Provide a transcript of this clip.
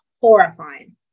horrifying